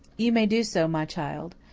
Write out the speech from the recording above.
you may do so, my child.